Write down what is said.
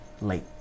Late